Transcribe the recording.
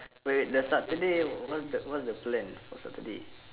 wait wait the saturday what's the what's the plan for saturday